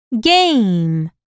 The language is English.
game